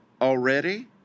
already